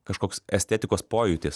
kažkoks estetikos pojūtis